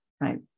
right